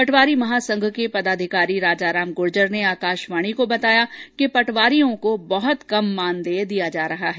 पटवारी महासंघ के पदाधिकारी राजाराम गूर्जर ने आकाशवाणी को बताया कि पटवारियों को बहत कम मानदेय दिया जा रहा है